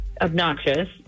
obnoxious